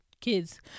kids